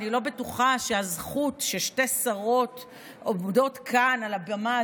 אני לא בטוחה שהזכות ששתי שרות עומדות כאן על הבמה